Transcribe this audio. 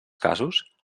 casos